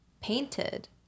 painted